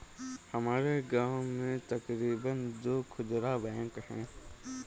हमारे गांव में तकरीबन दो खुदरा बैंक है